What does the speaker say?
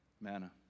Manna